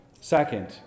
Second